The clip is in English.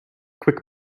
quick